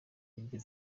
iryo